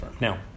Now